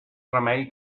remei